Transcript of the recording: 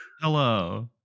Hello